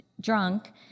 drunk